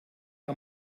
que